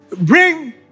Bring